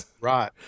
right